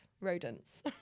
rodents